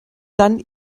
dann